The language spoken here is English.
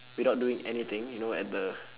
without doing anything you know at the